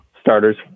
starters